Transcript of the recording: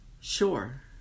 sure